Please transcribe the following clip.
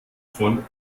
von